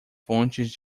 fontes